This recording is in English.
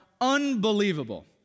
unbelievable